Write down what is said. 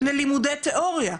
שלה ללימודי תיאוריה.